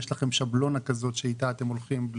יש לכם שבלונה כזאת שאיתה אתם הולכים,